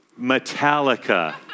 Metallica